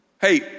Hey